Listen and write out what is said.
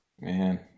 man